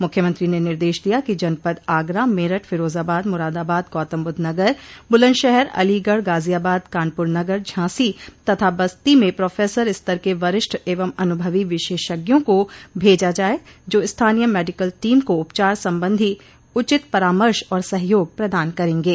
मुख्यमंत्री ने निर्देश दिया कि जनपद आगरा मेरठ फिरोजाबाद मुरादाबाद गौतमबुद्ध नगर बुलन्दशहर अलीगढ़ गाजियाबाद कानपुर नगर झांसी तथा बस्ती में प्रोफेसर स्तर के वरिष्ठ एवं अन्भवी विशेषज्ञों को भेजा जाये जो स्थानीय मेडिकल टीम को उपचार संबंधी उचित परामर्श और सहयोग प्रदान करेंगे